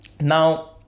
now